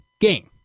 game